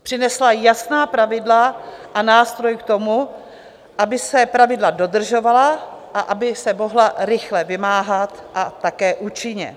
Přinesla jasná pravidla a nástroj k tomu, aby se pravidla dodržovala a aby se mohla rychle vymáhat, a také účinně.